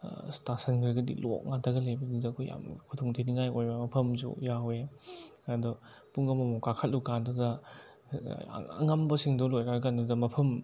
ꯑꯁ ꯇꯥꯁꯟꯈ꯭ꯔꯒꯗꯤ ꯂꯣꯛ ꯉꯥꯛꯇꯒ ꯂꯩꯕꯗꯨꯗ ꯑꯩꯈꯣꯏ ꯌꯥꯝ ꯈꯨꯗꯣꯡ ꯊꯤꯅꯤꯡꯉꯥꯏ ꯑꯣꯏꯕ ꯃꯐꯝꯁꯨ ꯌꯥꯎꯋꯦ ꯑꯗꯣ ꯄꯨꯡ ꯑꯃꯃꯨꯛ ꯀꯥꯈꯠꯂꯨ ꯀꯥꯟꯗꯨꯗ ꯑꯉꯝꯕꯁꯤꯡꯗꯨ ꯂꯣꯏꯔꯛꯑꯀꯥꯟꯗꯨꯗ ꯃꯐꯝ